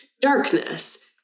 darkness